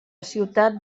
ciutat